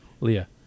Leah